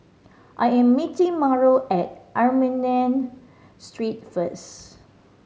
I am meeting Mauro at Armenian Street first